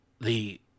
The